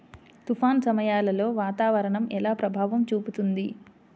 తుఫాను సమయాలలో వాతావరణం ఎలా ప్రభావం చూపుతుంది?